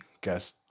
Guess